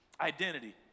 Identity